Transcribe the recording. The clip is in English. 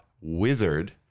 wizard